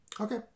Okay